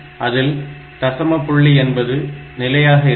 அதில் தசம புள்ளி என்பது நிலையாக இருக்கும்